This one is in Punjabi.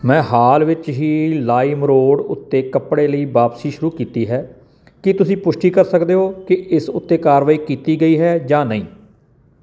ਮੈਂ ਹਾਲ ਹੀ ਵਿੱਚ ਲਾਈਮਰੋਡ ਉੱਤੇ ਕੱਪੜੇ ਲਈ ਵਾਪਸੀ ਸ਼ੁਰੂ ਕੀਤੀ ਹੈ ਕੀ ਤੁਸੀਂ ਪੁਸ਼ਟੀ ਕਰ ਸਕਦੇ ਹੋ ਕਿ ਇਸ ਉੱਤੇ ਕਾਰਵਾਈ ਕੀਤੀ ਗਈ ਹੈ ਜਾਂ ਨਹੀਂ